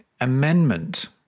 amendment